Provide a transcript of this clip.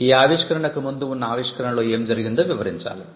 ఈ ఆవిష్కరణకు ముందు వున్న ఆవిష్కరణ లో ఏమి జరిగిందో వివరించాలి